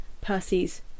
Percy's